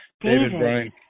David